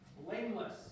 blameless